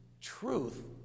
truth